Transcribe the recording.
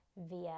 via